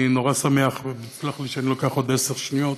אני נורא שמח, ותסלח לי שאני לוקח עוד עשר שניות,